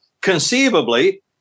Conceivably